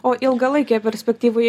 o ilgalaikėj perspektyvoj